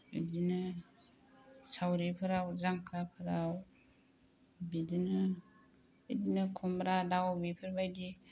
बिदिनो सावरिफोराव जांख्राफोराव बिदिनो इदिनो खुमब्रा दाउ बेफोरबायदि